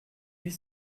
huit